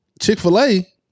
Chick-fil-A